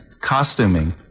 costuming